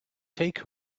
take